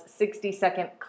60-second